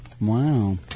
Wow